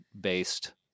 based